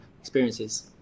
experiences